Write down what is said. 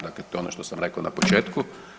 Dakle, to je ono što sam rekao na početku.